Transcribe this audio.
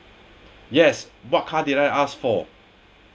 yes what car did I I ask for